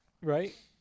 right